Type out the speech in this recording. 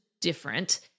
different